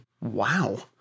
Wow